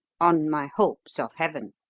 on my hopes of heaven!